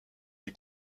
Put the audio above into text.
des